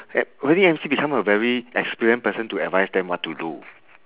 wedding emcee become a very experience person to advise them what to do